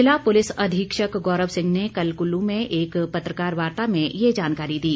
जिला पुलिस अधीक्षक गौरव सिंह ने कल कुल्लू में एक पत्रकार वार्ता में ये जानकारी दी